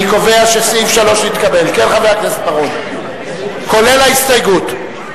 אני קובע שסעיף 3 התקבל, כולל ההסתייגות,